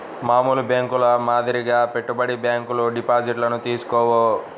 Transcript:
మామూలు బ్యేంకుల మాదిరిగా పెట్టుబడి బ్యాంకులు డిపాజిట్లను తీసుకోవు